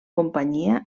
companyia